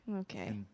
Okay